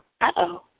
Uh-oh